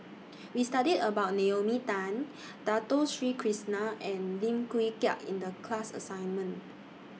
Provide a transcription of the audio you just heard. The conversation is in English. We studied about Naomi Tan Dato Sri Krishna and Lim Wee Kiak in The class assignment